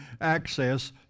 access